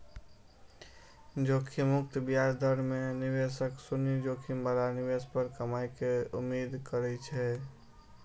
जोखिम मुक्त ब्याज दर मे निवेशक शून्य जोखिम बला निवेश पर कमाइ के उम्मीद करै छै